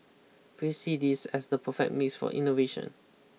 we see this as the perfect mix for innovation